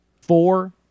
four